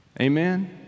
Amen